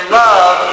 love